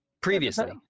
Previously